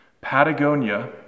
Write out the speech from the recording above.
Patagonia